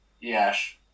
Yes